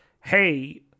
Hey